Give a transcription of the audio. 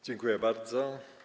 Dziękuję bardzo.